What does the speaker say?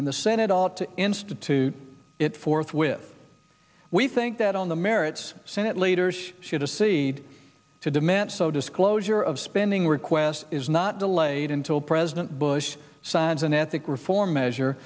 and the senate ought to institute it forthwith we think that on the merits senate leaders should have seed to demand so disclosure of spending qwest is not delayed until president bush signs an ethics reform measure